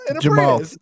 Jamal